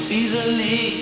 easily